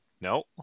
no